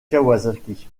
kawasaki